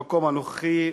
המקום הנוכחי,